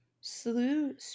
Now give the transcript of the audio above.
Slew